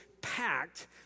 packed